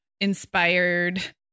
inspired